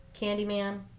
Candyman